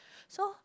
so